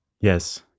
Yes